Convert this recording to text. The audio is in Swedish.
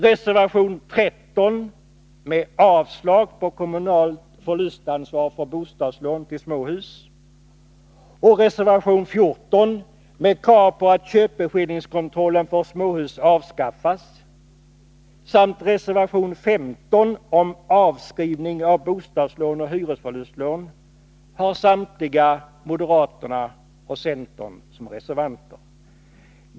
Reservation 13 med yrkande om avslag på förslaget om kommunalt förlustansvar för bostadslån till småhus, reservation 14 med krav på att köpeskillingskontrollen på småhus avskaffas och reservation 15 om avskrivning av bostadslån och hyresförlustlån står moderater och centerpartister bakom.